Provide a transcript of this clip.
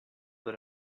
that